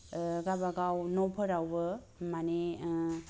ओ गावबा गाव न'फोरावबो माने ओ